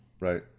Right